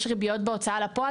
יש ריביות בהוצאה לפועל.